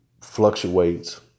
fluctuates